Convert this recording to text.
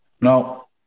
No